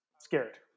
scared